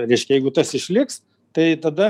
reiškia jeigu tas išliks tai tada